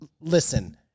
Listen